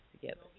together